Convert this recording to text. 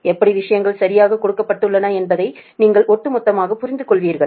எப்படி விஷயங்கள் சரியாக கொடுக்கப்பட்டுள்ளன என்பதை நீங்கள் ஒட்டுமொத்தமாக புரிந்துகொள்வீர்கள்